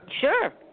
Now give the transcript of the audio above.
Sure